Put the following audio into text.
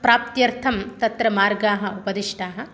प्राप्तर्थं तत्र मार्गाः उपदिष्टाः